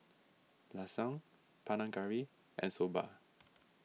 Lasagne Panang Curry and Soba